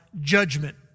judgment